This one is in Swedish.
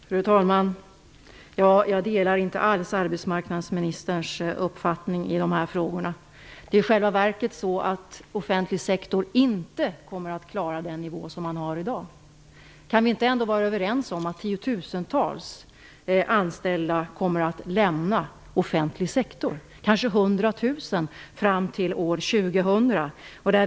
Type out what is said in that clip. Fru talman! Jag delar inte alls arbetsmarknadsministerns uppfattning i de här frågorna. Det är i själva verket så att offentlig sektor inte kommer att klara verksamhet på samma nivå som i dag. Kan vi inte vara överens om att tiotusentals, kanske hundratusentals, anställda kommer att lämna offentlig sektor fram till år 2000?